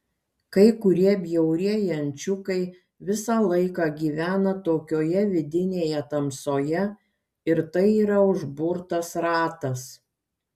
kai kurie bjaurieji ančiukai visą laiką gyvena tokioje vidinėje tamsoje ir tai yra užburtas ratas